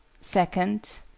Second